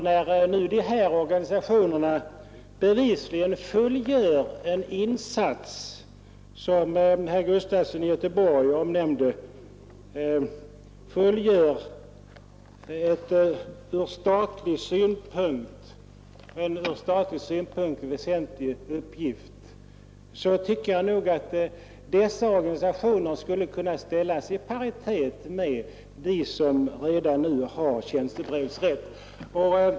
När nu dessa organisationer bevisligen fullgör en insats, en från statlig synpunkt väsentlig uppgift, tycker jag nog att dessa organisationer skulle kunna ställas i paritet med de organisationer som redan har tjänstebrevsrätt.